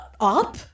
Up